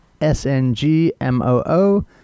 S-N-G-M-O-O